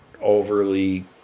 overly